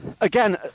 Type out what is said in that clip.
again